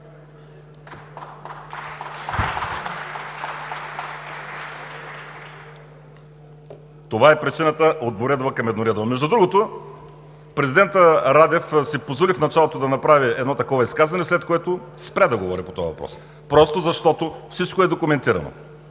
Това е причината да е двуредова към едноредова. Между другото, президентът Радев си позволи в началото да направи едно такова изказване, след което спря да говори по този въпрос, просто защото всичко е документирано